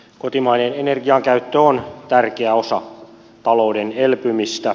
kotimainen energiankäyttö on tärkeä osa talouden elpymistä